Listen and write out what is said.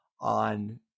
on